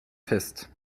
fest